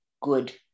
good